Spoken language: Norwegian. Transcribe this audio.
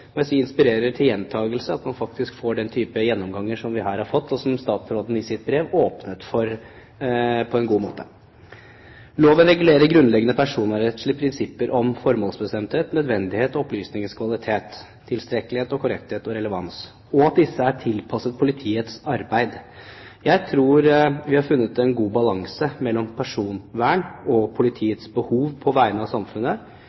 inspirerer til gjentakelse; at man får den typen gjennomgang som vi her har fått, og som statsråden i sitt brev åpnet for på en god måte. Loven regulerer grunnleggende personvernrettslige prinsipper om formålsbestemthet, nødvendighet og opplysningenes kvalitet – tilstrekkelighet, korrekthet og relevans – og at disse er tilpasset politiets arbeid. Jeg tror vi har funnet en god balanse mellom personvern og politiets behov på vegne av samfunnet,